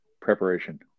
Preparation